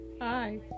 hi